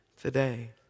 today